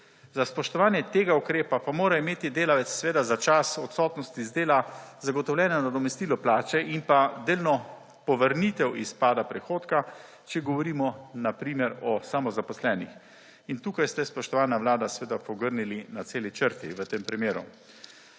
Za spoštovanje tega ukrepa pa mora imeti delavec seveda za čas odsotnosti z dela zagotovljeno nadomestilo plače in pa delno povrnitev izpada prihodka, če govorimo na primer o samozaposlenih in tukaj ste, spoštovana Vlada, pogrnili na celi črti v tem primeru.